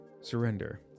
surrender